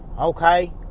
Okay